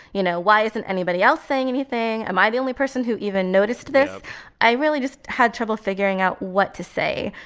you know, why isn't anybody else saying anything? am i the only person who even noticed this? yep i really just had trouble figuring out what to say.